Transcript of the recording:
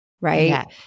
right